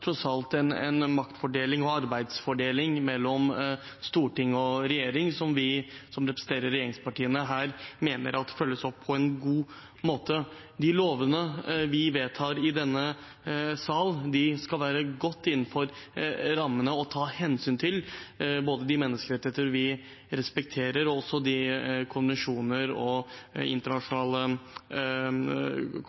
tross alt en maktfordeling og arbeidsfordeling mellom storting og regjering som vi som representerer regjeringspartiene her, mener følges opp på en god måte. De lovene vi vedtar i denne sal, skal være godt innenfor rammene og ta hensyn til både menneskerettighetene, som vi respekterer, og de konvensjonene og internasjonale avtalene vi er en del av. Dette stortinget, eller denne salen, valgte også